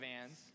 vans